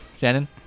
Shannon